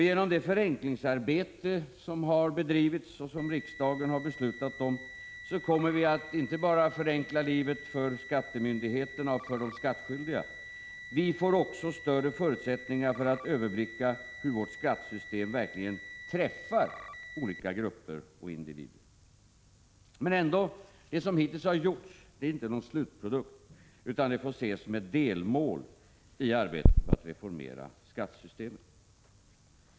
Genom det förenklingsarbete som har bedrivits och som riksdagen har beslutat om kommer vi inte bara att förenkla livet för skattemyndigheterna och de skattskyldiga, utan vi får även större förutsättningar att överblicka hur vårt skattesystem verkligen träffar olika grupper och individer. Det som hittills har gjorts är ändå ingen slutprodukt utan får ses såsom ett delmål i arbetet på att reformera skattesystemet.